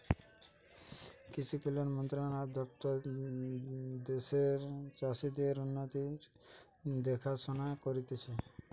কৃষি কল্যাণ মন্ত্রণালয় আর দপ্তর দ্যাশের চাষীদের উন্নতির দেখাশোনা করতিছে